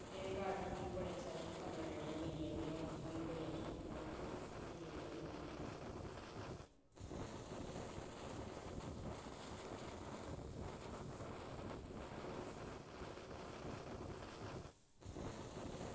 जेह्दे कारण स्हानू बड़ियां सारियां खबरां जेह्ड़ियां मिली जंदियां स्हानू बड़ियां स्हूलतां मिली जंदियां न